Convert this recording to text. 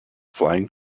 flying